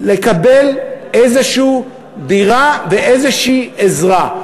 לקבל איזושהי דירה ואיזושהי עזרה.